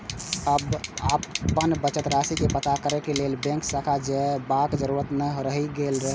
आब अपन बचत राशि के पता करै लेल बैंक शाखा जयबाक जरूरत नै रहि गेल छै